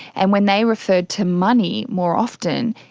and when they referred to money more often,